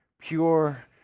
pure